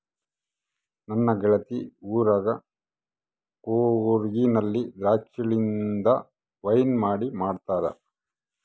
ನನ್ನ ಗೆಳತಿ ಊರಗ ಕೂರ್ಗಿನಲ್ಲಿ ದ್ರಾಕ್ಷಿಲಿಂದ ವೈನ್ ಮಾಡಿ ಮಾಡ್ತಾರ